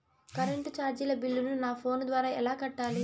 Current చార్జీల బిల్లును, నా ఫోను ద్వారా ఎలా కట్టాలి?